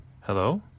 Hello